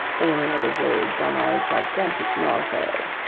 or in other words, on our gigantic narwhale.